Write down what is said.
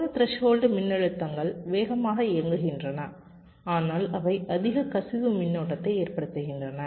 குறைந்த த்ரெஸ்ஹோல்டு மின்னழுத்தங்கள் வேகமாக இயங்குகின்றன ஆனால் அவை அதிக கசிவு மின்னோட்டத்தை ஏற்படுத்துகின்றன